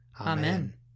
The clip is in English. Amen